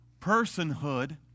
personhood